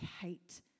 hate